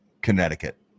Connecticut